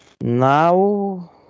Now